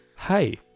Hi